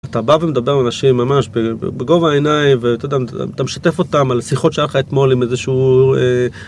אתה בא ומדבר עם אנשים ממש בגובה העיניים ואתה יודע אתה משתף אותם על השיחות שהיה לך אתמול עם איזה שהוא.